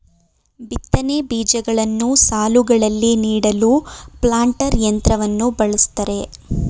ಬಿತ್ತನೆ ಬೀಜಗಳನ್ನು ಸಾಲುಗಳಲ್ಲಿ ನೀಡಲು ಪ್ಲಾಂಟರ್ ಯಂತ್ರವನ್ನು ಬಳ್ಸತ್ತರೆ